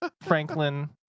Franklin